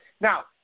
now